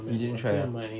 you didn't try ah